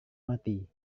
mati